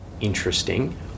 Interesting